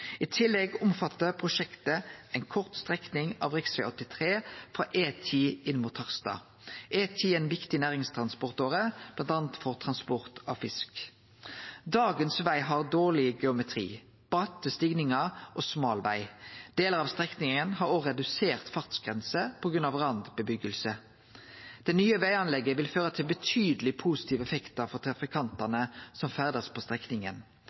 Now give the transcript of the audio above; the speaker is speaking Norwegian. I tillegg omfattar prosjektet ei kort strekning av rv. 83 frå E10 inn mot Harstad. E10 er ei viktig næringstransportåre, bl.a. for transport av fisk. Dagens veg har dårleg geometri, bratte stigningar og smal veg. Delar av strekninga har òg redusert fartsgrensepå grunn av randbusetnad. Det nye veganlegget vil føre til betydelege positive effektar for trafikantane som ferdast på strekninga.